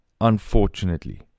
unfortunately